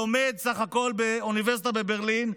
שלומד סך הכול באוניברסיטה בברלין,